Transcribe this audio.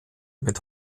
mit